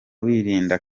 wirinda